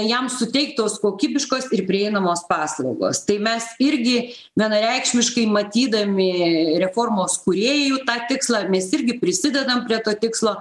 jam suteiktos kokybiškos ir prieinamos paslaugos tai mes irgi vienareikšmiškai matydami reformos kūrėjų tą tikslą mes irgi prisidedam prie to tikslo